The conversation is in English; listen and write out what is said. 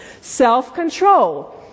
Self-control